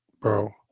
bro